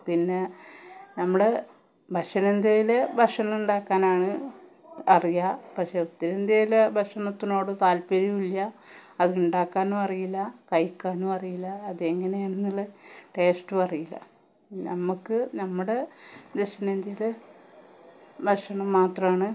പിന്നെ നമ്മുടെ ദക്ഷിണ ഇന്ത്യയിലെ ഭഷണം ഉണ്ടാക്കാനാണ് അറിയുക പക്ഷേ ഉത്തരേന്ത്യയിലെ ഭക്ഷണത്തിനോട് താല്പര്യവുവില്ല അതുണ്ടാക്കാനും അറിയില്ല കഴിക്കാനും അറിയില്ല അത് എങ്ങനെയാണെന്നുള്ള ടേസ്റ്റും അറിയില്ല നമ്മൾക്ക് നമ്മുടെ ദക്ഷിണേന്ത്യയിലെ ഭക്ഷണം മാത്രമാണ്